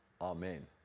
Amen